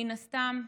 מן הסתם,